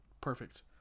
Perfect